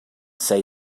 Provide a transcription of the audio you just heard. say